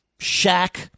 Shaq